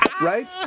Right